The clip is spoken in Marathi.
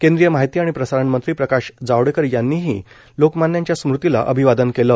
केंद्रीय माहिती आणि प्रसारण मंत्री प्रकाश जावडेकर यांनीही लोकमान्यांच्या स्मृतींला अभिवादन केलं